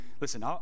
listen